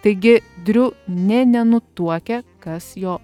taigi driu nė nenutuokia kas jo